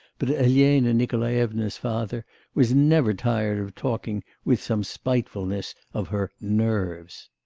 but elena nikolaevna's father was never tired of talking with some spitefulness of her nerves.